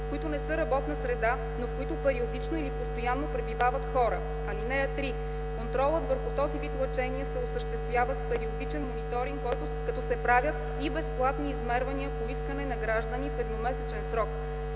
които не са работна среда, но в които периодично или постоянно пребивават хора. (3) Контролът върху този вид лъчения се осъществява с периодичен мониторинг, като се правят и безплатни измервания по искане на граждани в едномесечен срок.